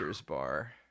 bar